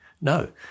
No